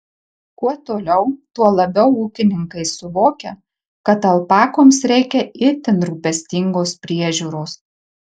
kuo toliau tuo labiau ūkininkai suvokia kad alpakoms reikia itin rūpestingos priežiūros